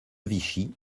vichy